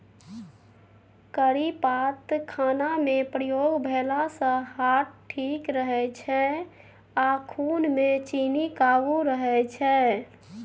करी पात खानामे प्रयोग भेलासँ हार्ट ठीक रहै छै आ खुनमे चीन्नी काबू रहय छै